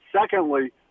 Secondly